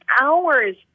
hours